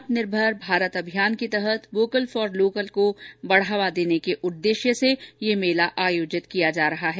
आत्मनिर्भर भारत अभियान के तहत वोकल फॉर लोकल को बढ़ावा देने के उद्देश्य से यह मेला आयोजित किया जा रहा है